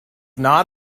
not